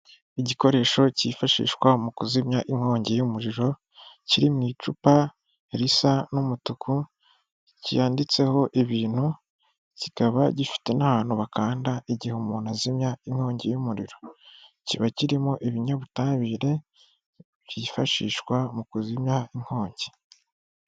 Igikoresho cyifashishwa mu kuzimya inkongi y'umuriro, kiri m'icupa risa n'umutuku ryanditseho ibintu kikaba gifite n'ahantu bakanda igihe umuntu azimya inkongi y'umuriro kiba kirimo ibinyabutabire byifashishwa mu kuzimya inkongi.